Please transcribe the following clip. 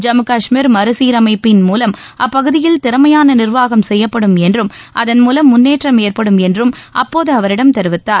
ஜம்மு காஷ்மீர் மறுசீரமைப்பின் மூலம் அப்பகுதியில் திறமையான நிர்வாகம் செய்யப்படும் என்றும் அதன் மூலம் முன்னேற்றம் ஏற்படும் என்றும் அப்போது அவரிடம் தெரிவித்தார்